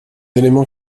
éléments